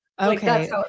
Okay